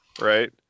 right